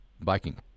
biking